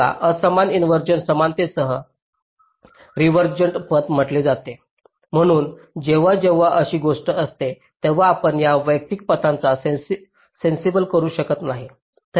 याला असमान इन्व्हरसिओन समानतेसह रीव्हर्जंट पथ म्हटले जाते म्हणून जेव्हा जेव्हा अशी गोष्ट असते तेव्हा आपण या वैयक्तिक पथांना सेन्सिबल करू शकणार नाही